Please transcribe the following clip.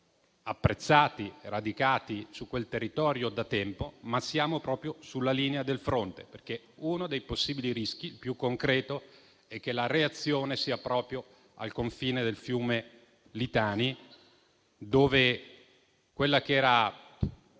apprezzati e radicati su quel territorio da tempo, ma siamo proprio sulla linea del fronte. Uno dei possibili rischi più concreti è che la reazione sia proprio al confine del fiume Litani, dove quella che era